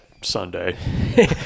Sunday